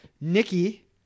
Nikki